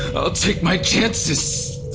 i'll take my chancesgeoff